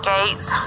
Gates